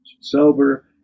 sober